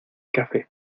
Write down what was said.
café